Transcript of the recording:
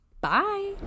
Bye